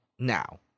now